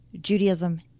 Judaism